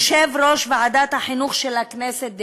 יושב-ראש ועדת החינוך של הכנסת,